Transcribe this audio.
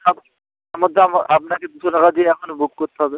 তা তার মধ্যে আপনাকে দুশো টাকা দিয়ে এখনই বুক করতে হবে